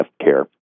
care